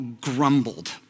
grumbled